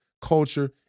culture